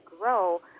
grow